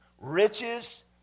riches